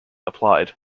applied